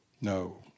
No